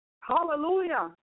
Hallelujah